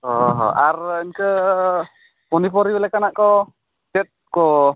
ᱚᱼᱦᱚ ᱟᱨ ᱤᱱᱠᱟᱹ ᱯᱟᱹᱱᱤᱯᱚᱨᱭᱩ ᱞᱮᱠᱟᱱᱟᱜᱠᱚ ᱪᱮᱫᱠᱚ